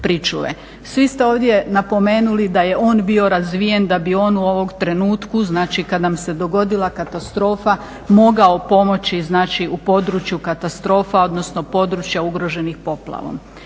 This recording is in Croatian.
Svi ste ovdje napomenuli da je on bio razvijen da bi on u ovom trenutku, znači kada nam se dogodila katastrofa mogao pomoći znači u području katastrofa, odnosno područja ugroženih poplavom.